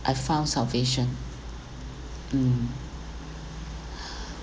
I found salvation mm